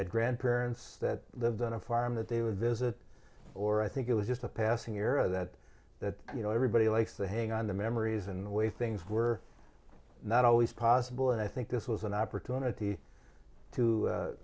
had grandparents that lived on a farm that they would visit or i think it was just a passing year that that you know everybody likes to hang on the memories and the way things were not always possible and i think this was an opportunity to